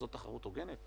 זאת תחרות הוגנת?